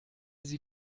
sie